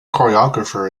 choreographer